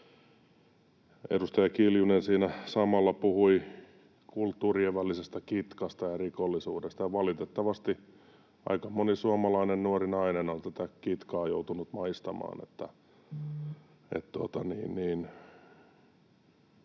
edustaja Kiljunen puhui kulttuurienvälisestä kitkasta ja rikollisuudesta, ja valitettavasti aika moni suomalainen nuori nainen on tätä kitkaa joutunut maistamaan.